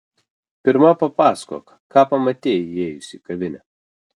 pirma papasakok ką pamatei įėjusi į kavinę